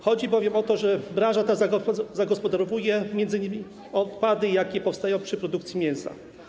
Chodzi bowiem o to, że branża ta zagospodarowuje m.in. odpady, jakie powstają przy produkcji mięsa.